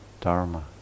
Dharma